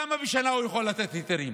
כמה היתרים הוא יכול לתת בשנה?